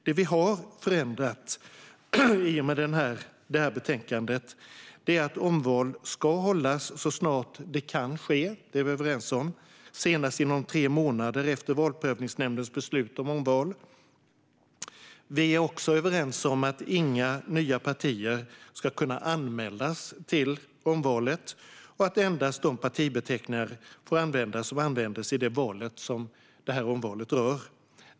Det vi har förändrat i och med detta betänkande är att omval ska hållas så snart det kan ske, och det är vi överens om, dock senast inom tre månader efter Valprövningsnämndens beslut om omval. Vi är också överens om att inga nya partier ska kunna anmälas till omvalet och att endast de partibeteckningar får användas som användes i det val som detta omval rör.